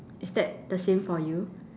is that the same for you